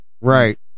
right